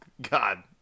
God